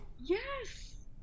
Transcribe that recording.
yes